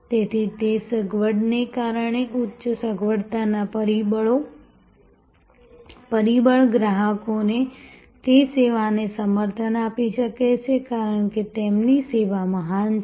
તેથી તે સગવડને કારણે ઉચ્ચ સગવડતાના પરિબળ ગ્રાહકો તે સેવાને સમર્થન આપી શકે છે કારણ કે તેમની સેવા મહાન છે